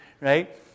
right